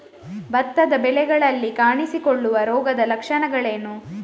ಭತ್ತದ ಬೆಳೆಗಳಲ್ಲಿ ಕಾಣಿಸಿಕೊಳ್ಳುವ ರೋಗದ ಲಕ್ಷಣಗಳೇನು?